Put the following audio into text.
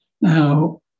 Now